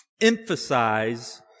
emphasize